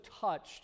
touched